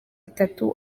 itatu